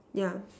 yeah